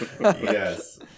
Yes